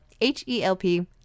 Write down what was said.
H-E-L-P